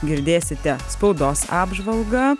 girdėsite spaudos apžvalgą